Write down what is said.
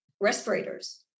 respirators